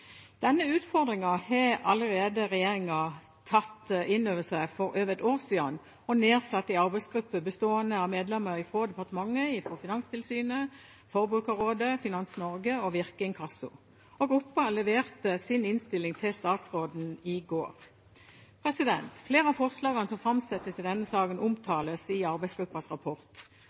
Denne utfordringen har regjeringen allerede for over et år siden tatt inn over seg og har nedsatt en arbeidsgruppe bestående av medlemmer fra departementet, Finanstilsynet, Forbrukerrådet, Finans Norge og Virke Inkasso. Gruppen leverte sin innstilling til statsråden i går. Flere av forslagene som framsettes i denne saken, omtales i arbeidsgruppens rapport.